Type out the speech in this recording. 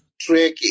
tracking